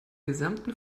gesamten